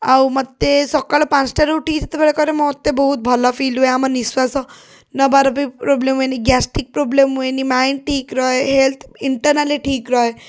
ଆଉ ମୋତେ ସକାଳ ପାଞ୍ଚଟାରୁ ଉଠିକି ଯେତେବେଳେ କରେ ମୋତେ ବହୁତ ଭଲ ଫିଲ୍ ହୁଏ ଆମ ନିଶ୍ୱାସ ନେବାର ବି ପ୍ରୋବ୍ଲେମ୍ ହୁଏନି ଗ୍ୟାସ୍ଟ୍ରିକ୍ ପ୍ରୋବ୍ଲେମ୍ ହୁଏନି ମାଇଣ୍ଡ୍ ଠିକ୍ ରୁହେ ହେଲ୍ଥ୍ ଇଣ୍ଟର୍ନାଲି ଠିକ୍ ରୁହେ